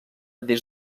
des